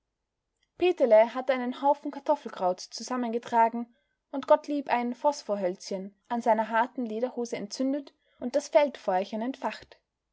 peterle hatte einen haufen kartoffelkraut zusammengetragen und gottlieb ein phosphorhölzchen an seiner harten lederhose entzündet und das feldfeuerchen entfacht